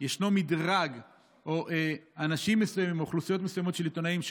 ישנו מדרג או אנשים מסוימים מאוכלוסיות מסוימות של עיתונאים,